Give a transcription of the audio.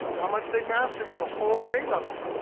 how much they've mastered of the whole grade level.